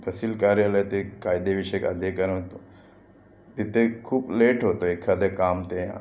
तहसील कार्यालयात एक कायदेविषयक अधिकार असतो तिथे खूप लेट होतं एखादं काम ते